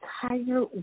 Tiger